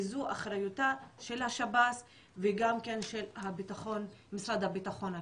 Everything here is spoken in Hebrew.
וזו האחריות גם של השב"ס וגם של המשרד לבטחון הפנים,